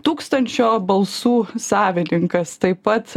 tūkstančio balsų savininkas taip pat